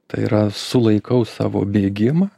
tai yra sulaikau savo bėgimą